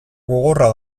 gogorra